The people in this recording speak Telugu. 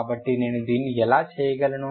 కాబట్టి నేను దీన్ని ఎలా చేయగలను